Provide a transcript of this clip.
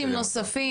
עו״סים נוספים?